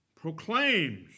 proclaims